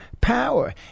power